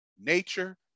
nature